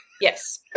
Yes